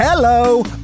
Hello